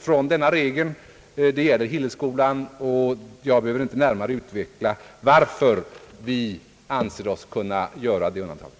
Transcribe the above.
från denna regel. Det gäller Hillelskolan, och jag anser mig inte behöva närmare utveckla varför vi anser oss kunna göra det undantaget.